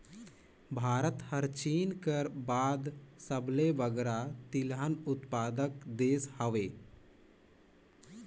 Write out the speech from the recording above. भारत हर चीन कर बाद सबले बगरा तिलहन उत्पादक देस हवे